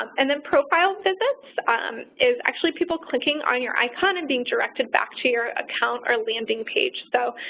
and then profile visits um is actually people clicking on your icon and being directed back to your account or landing page. so,